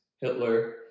Hitler